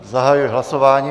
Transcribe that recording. Zahajuji hlasování.